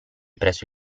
presso